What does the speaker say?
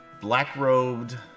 black-robed